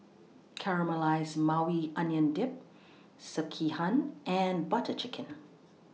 Caramelized Maui Onion Dip Sekihan and Butter Chicken